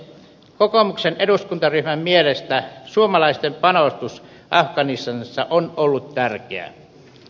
kokoomuksen eduskuntaryhmän mielestä suomalaisten panostus afganistanissa on ollut tärkeä